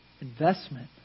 investment